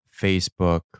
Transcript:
Facebook